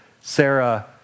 Sarah